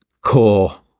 core